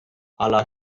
ala